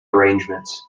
arrangements